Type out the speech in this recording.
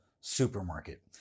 supermarket